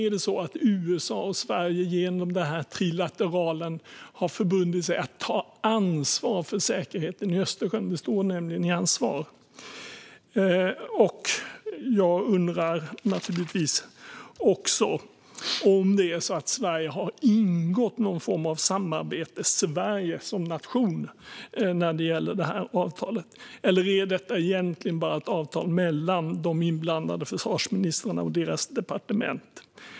Är det så att USA och Sverige genom detta trilaterala har förbundit sig att ta ansvar för säkerheten i Östersjön? Det står nämligen i hans svar. Jag undrar naturligtvis också om det är så att Sverige som nation har ingått någon form av samarbete när det gäller detta avtal. Eller är detta egentligen bara ett avtal mellan de inblandade försvarsministrarna och deras departement?